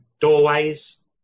doorways